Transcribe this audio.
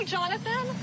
Jonathan